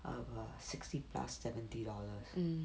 err sixty plus seventy dollars